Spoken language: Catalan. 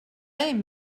hem